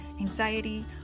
anxiety